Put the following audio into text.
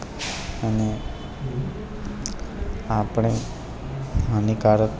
અને આપણે હાનિકારક